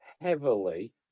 heavily